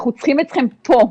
אנחנו צריכים אתכם פה.